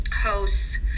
hosts